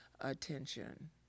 attention